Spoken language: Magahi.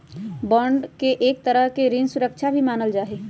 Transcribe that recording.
बांड के एक तरह के ऋण सुरक्षा भी मानल जा हई